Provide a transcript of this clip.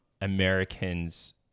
Americans